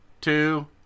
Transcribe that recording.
two